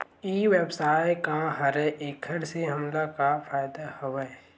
ई व्यवसाय का हरय एखर से हमला का फ़ायदा हवय?